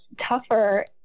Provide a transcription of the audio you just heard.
tougher